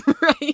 Right